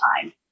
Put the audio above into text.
time